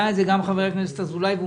העלה את זה גם חבר הכנסת אזולאי והוא